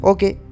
Okay